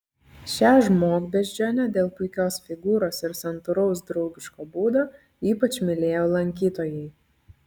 šią žmogbeždžionę dėl puikios figūros ir santūraus draugiško būdo ypač mylėjo lankytojai